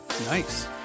Nice